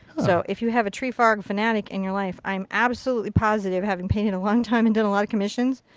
so if you have a tree frog fanatic in your life, i'm absolutely positive having painted a long time and done a lot of commissions.